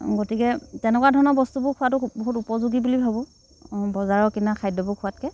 গতিকে তেনেকুৱা ধৰণৰ বস্তুবোৰ খোৱাটো বহুত উপযোগী বুলি ভাবোঁ বজাৰৰ কিনা খাদ্যবোৰ খোৱাতকৈ